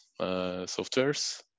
softwares